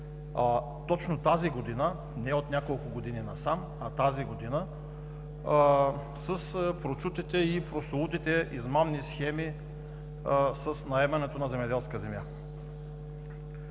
точно тази година, не от няколко години насам, а тази година, с прочутите и прословутите измамни схеми с наемането на земеделска земя.